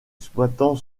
exploitant